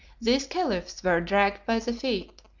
these caliphs were dragged by the feet,